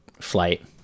flight